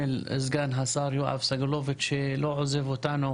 סגן השר יואב סגלוביץ' שלא עוזב אותנו